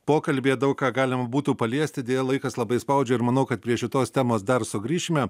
pokalbyje daug ką galima būtų paliesti deja laikas labai spaudžia ir manau kad prie šitos temos dar sugrįšime